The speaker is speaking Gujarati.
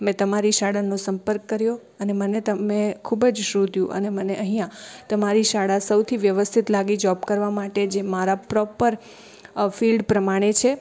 મેં તમારી શાળાનો સંપર્ક કર્યો અને મને ત મેં ખૂબ જ શોધ્યું અને મને અહીંયા તમારી શાળા સૌથી વ્યવસ્થિત લાગી જૉબ કરવા માટે જે મારા પ્રોપર ફિલ્ડ પ્રમાણે છે